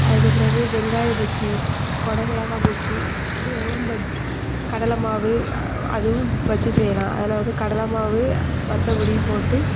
அதுக்குப் பிறகு வெங்காய பஜ்ஜி குடமிளகா பஜ்ஜி இதெல்லாம் பஜ்ஜி கடலை மாவு அதுவும் பஜ்ஜி செய்யலாம் அதில் வந்து கடலை மாவு வத்தல் பொடி போட்டு